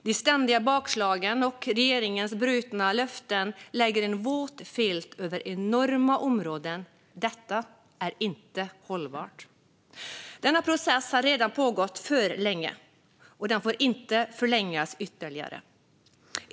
De ständiga bakslagen och regeringens brutna löften lägger en våt filt över enorma områden. Detta är inte hållbart. Denna process har redan pågått för länge, och den får inte förlängas ytterligare.